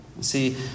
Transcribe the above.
See